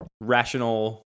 rational